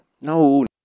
No